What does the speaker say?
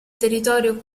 territorio